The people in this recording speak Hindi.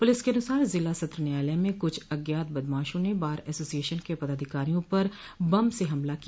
पुलिस के अनुसार ज़िला सत्र न्यायालय में कुछ अज्ञात बदमाशों ने बार एसासिएशन के पदाधिकारियों पर बम से हमला किया